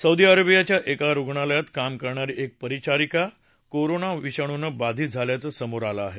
Saudi अरेबियाच्या एका रुग्णालयात काम करणारी एक भारतीय परिचारिका कोरोना विषाणूनं बाधित झाल्याचं समोर आलं आहे